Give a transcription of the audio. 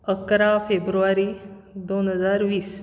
अकरा फेब्रुवारी दोन हजार वीस